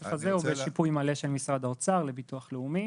הכסף הזה הוא בשיפוי מלא של משרד האוצר לביטוח לאומי.